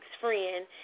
friend